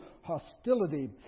hostility